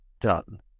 done